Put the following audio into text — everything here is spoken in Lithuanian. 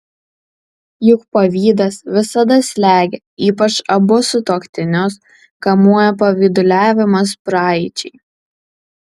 juk pavydas visada slegia ypač abu sutuoktinius kamuoja pavyduliavimas praeičiai